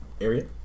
area